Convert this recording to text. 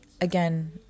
again